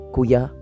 Kuya